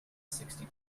sixty